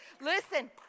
Listen